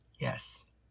Yes